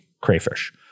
crayfish